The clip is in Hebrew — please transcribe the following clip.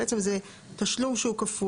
בעצם זה תשלום שהוא כפוי.